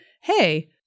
hey